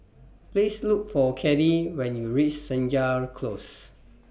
Please Look For Caddie when YOU REACH Senja Close